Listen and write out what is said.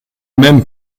même